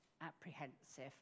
apprehensive